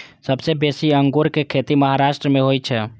सबसं बेसी अंगूरक खेती महाराष्ट्र मे होइ छै